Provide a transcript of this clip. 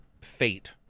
fate